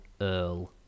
Earl